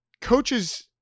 coaches